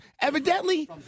evidently